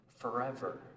forever